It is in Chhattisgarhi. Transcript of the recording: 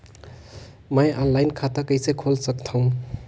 मैं ऑनलाइन खाता कइसे खोल सकथव?